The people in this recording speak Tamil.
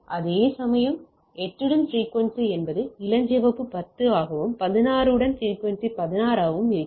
அதேசமயம் 8 உடன் பிரிக்குவென்சி என்பது இளஞ்சிவப்பு 10 ஆகவும் 16 உடன் பிரிக்குவென்சி 16 ஆகவும் இருக்கிறது